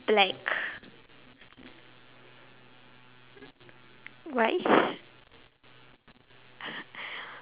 black why